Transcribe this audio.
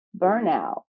burnout